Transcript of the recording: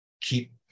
keep